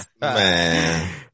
man